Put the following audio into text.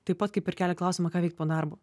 taip pat kaip ir kelia klausimą ką veikt po darbo